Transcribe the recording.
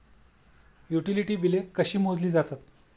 Utility बिले कशी मोजली जातात?